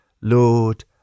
Lord